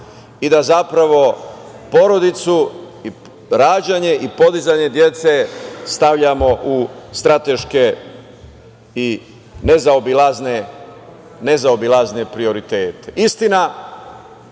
i da zapravo porodicu i rađanje i podizanje dece stavljamo u strateške i nezaobilazne prioritete. Istina,